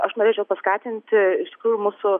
aš norėčiau paskatinti iš tikrųjų mūsų